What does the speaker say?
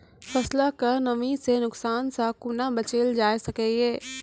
फसलक नमी के नुकसान सॅ कुना बचैल जाय सकै ये?